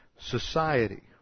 society